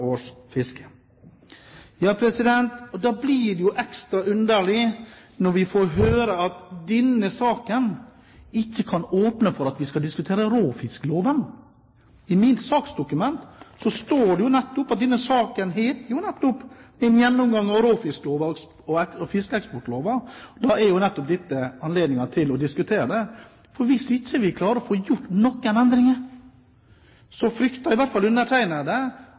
Da blir det jo ekstra underlig når vi får høre at denne saken ikke kan åpne for at vi skal diskutere råfiskloven. I mitt saksdokument står det jo nettopp at denne saken har en gjennomgang av råfiskloven og fiskeeksportloven, og da er dette anledningen til å diskutere det. For hvis vi ikke klarer å få gjort noen endringer, frykter i hvert fall undertegnede